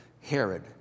Herod